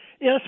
yes